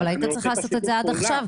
אבל היית צריך לעשות את זה עד עכשיו,